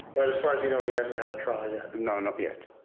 but as far as you know he hasn't had a trial yet. no, not yet.